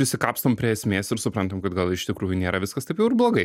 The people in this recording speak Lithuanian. prisikapstom prie esmės ir suprantam kad gal iš tikrųjų nėra viskas taip jau ir blogai